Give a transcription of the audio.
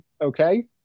Okay